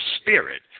spirit